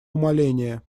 умаления